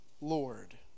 Lord